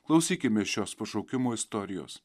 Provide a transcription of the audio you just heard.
klausykimės šios pašaukimo istorijos